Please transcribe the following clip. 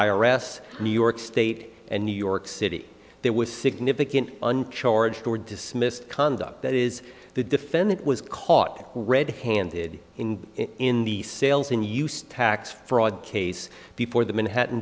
s new york state and new york city there was significant uncharged were dismissed conduct that is the defendant was caught red handed in in the sales in use tax fraud case before the manhattan